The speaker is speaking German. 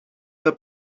der